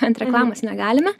ant reklamos negalime